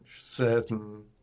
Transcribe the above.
certain